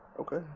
Okay